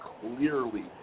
clearly